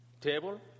table